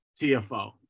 TFO